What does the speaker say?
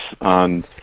on